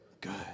good